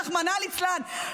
רחמנא ליצלן,